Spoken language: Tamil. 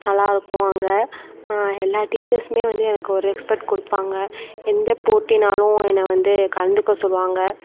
நல்லாயிருக்கும் அங்கே எல்லா டீச்சர்ஸ்மே வந்து எனக்கு ஒரு ரெஸ்பெக்ட் கொடுப்பாங்க எந்த போட்டினாலும் என்னை வந்து கலந்துக்க சொல்லுவாங்க